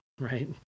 right